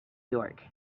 york